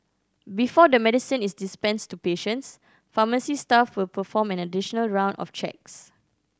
before the medicine is dispensed to patients pharmacy staff will perform an additional round of checks